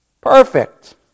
Perfect